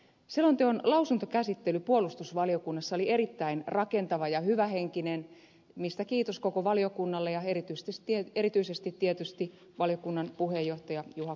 selonteon lausuntokäsittely puolustusvaliokunnassa oli erittäin rakentava ja hyvähenkinen mistä kiitos koko valiokunnalle ja erityisesti tietysti valiokunnan puheenjohtajalle juha korkeaojalle